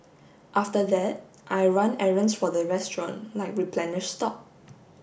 after that I run errands for the restaurant like replenish stock